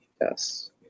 Yes